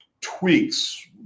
tweaks